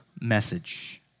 message